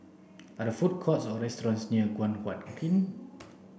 are the food courts or restaurants near Guan Huat Kiln